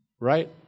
Right